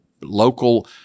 local